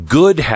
good